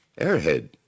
airhead